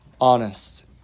honest